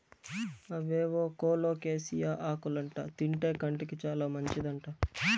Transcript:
అవేవో కోలోకేసియా ఆకులంట తింటే కంటికి చాలా మంచిదంట